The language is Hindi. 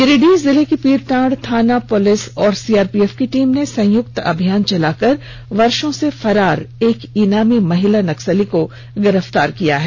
गिरिडीह जिले की पीरटांड थाना पुलिस और सीआरपीएफ की टीम ने संयुक्त अभियान चलाकर वर्षों से फरार एक इनामी महिला नक्सली को गिरफ्तार किया है